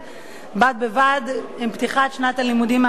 בד בבד עם פתיחת שנת הלימודים האקדמית.